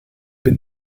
been